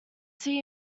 see